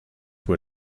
were